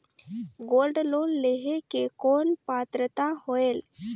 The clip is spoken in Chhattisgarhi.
गोल्ड लोन लेहे के कौन पात्रता होएल?